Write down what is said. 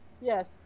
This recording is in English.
yes